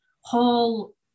whole